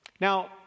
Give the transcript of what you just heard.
Now